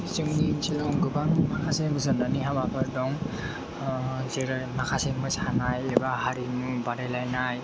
जोंनि ओनसोलाव गोबां माखासे फोजोननायनि हाबाफोर दं जेरै माखासे मोसानाय एबा हारिमु बादायलायनाय